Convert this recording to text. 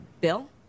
bill